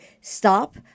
stop